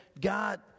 God